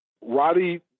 Roddy